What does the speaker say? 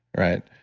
right?